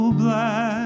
black